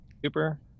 Cooper